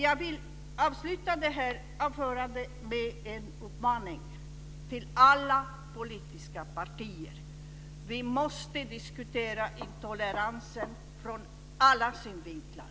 Jag vill avsluta det här anförandet med en uppmaning till alla politiska partier: Vi måste diskutera intoleransen från alla synvinklar.